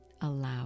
Allow